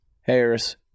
Harris